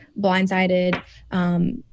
blindsided